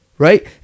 Right